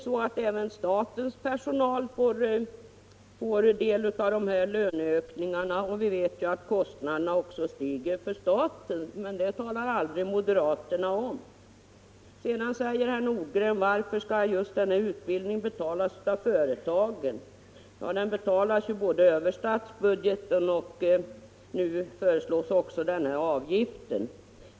Men även statens personal får ju del av dessa löneökningar, och vi vet att kostnaderna stiger också för staten. Det talar emellertid moderaterna aldrig om. Sedan frågar herr Nordgren varför just denna utbildning skall betalas av företagen. Den skall ju betalas över både statsbudgeten och den föreslagna avgiften.